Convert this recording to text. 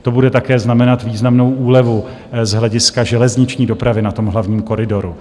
To bude také znamenat významnou úlevu z hlediska železniční dopravy na tom hlavním koridoru.